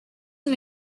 and